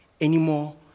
anymore